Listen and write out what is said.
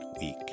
week